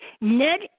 Ned